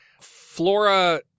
Flora